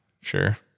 Sure